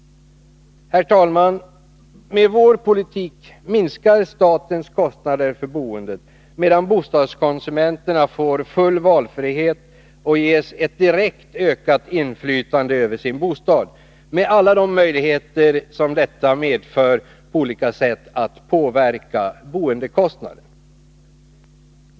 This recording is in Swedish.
Herr talman! Med vår politik minskar statens kostnader för boendet, medan bostadskonsumenterna får full valfrihet och ges ett direkt ökat inflytande över sin bostad, med alla de möjligheter detta medför att på olika sätt påverka boendekostnaden.